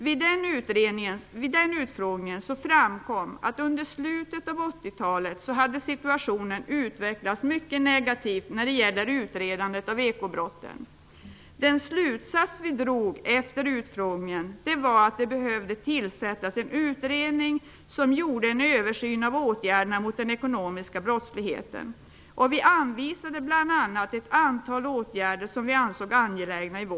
Vid denna utfrågning framkom det att under slutet av 80-talet hade situationen utvecklats mycket negativt när det gäller utredandet av ekobrotten. Den slutsats som vi drog efter utfrågningen var att det behövdes tillsättas en utredning som gjorde en översyn av åtgärderna mot den ekonomiska brottsligheten. I vårt betänkande anvisade vi bl.a. ett antal åtgärder som vi ansåg angelägna.